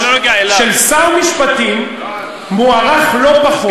של שר משפטים מוערך לא פחות,